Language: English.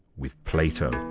with plato.